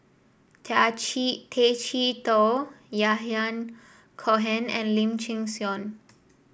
Tay Chee Toh Yahya Cohen and Lim Chin Siong